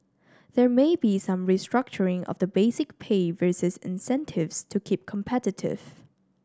there may be some restructuring of the basic pay versus incentives to keep competitive